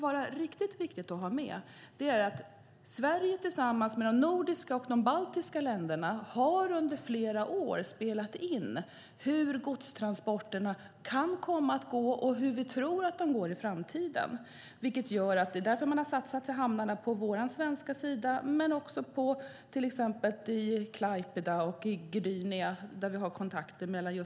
Viktigt att ha med är att Sverige tillsammans med de nordiska och baltiska länderna under flera år har spelat in hur godstransporterna kan komma att gå och hur vi tror att de går i framtiden. Därför har man satsat på hamnarna på svensk sida men också på hamnarna i Klaipeda och Gdynia som vi har kontakt med.